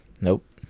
Nope